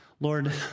Lord